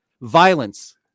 violence